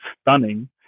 stunning